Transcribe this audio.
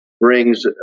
brings